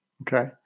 okay